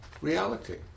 reality